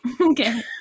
Okay